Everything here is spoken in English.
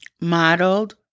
modeled